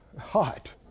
hot